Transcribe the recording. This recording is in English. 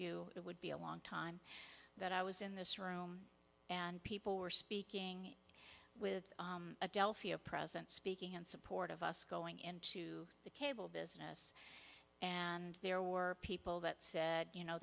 you it would be a long time that i was in this room and people were speaking with adelphia present speaking in support of us going into the cable business and there were people that said you know